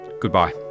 goodbye